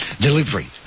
delivery